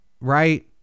right